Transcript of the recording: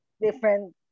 Different